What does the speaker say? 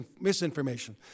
misinformation